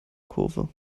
kurve